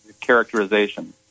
characterization